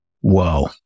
Whoa